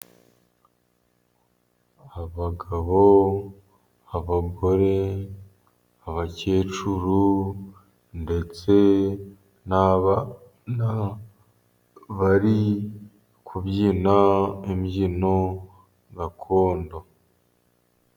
Abagabo, abagore, abakecuru, ndetse n'abana bari kubyina imbyino gakondo.